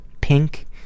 pink